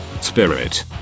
Spirit